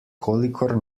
kolikor